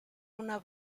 una